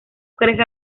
crece